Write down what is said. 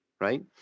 right